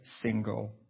single